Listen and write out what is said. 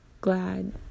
glad